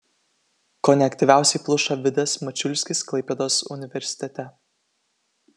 kone aktyviausiai pluša vidas mačiulskis klaipėdos universitete